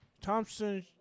Thompson